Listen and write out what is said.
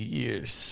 years